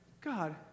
God